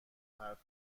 حرف